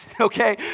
okay